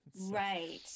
Right